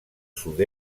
sud